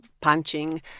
punching